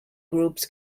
groups